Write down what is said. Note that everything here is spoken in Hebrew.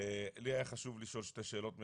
לי היה חשוב לשאול שתי שאלות מרכזיות,